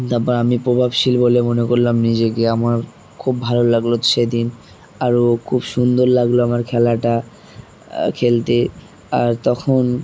তারপর আমি প্রভাবশীল বলে মনে করলাম নিজেকে আমার খুব ভালো লাগলো সেদিন আরও খুব সুন্দর লাগলো আমার খেলাটা খেলতে আর তখন